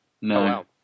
No